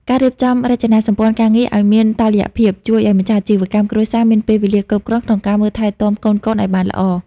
ការរៀបចំរចនាសម្ព័ន្ធការងារឱ្យមានតុល្យភាព ជួយឱ្យម្ចាស់អាជីវកម្មគ្រួសារមានពេលវេលាគ្រប់គ្រាន់ក្នុងការមើលថែទាំកូនៗឱ្យបានល្អ។